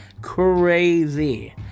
crazy